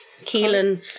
Keelan